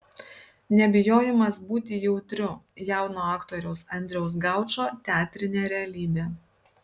nebijojimas būti jautriu jauno aktoriaus andriaus gaučo teatrinė realybė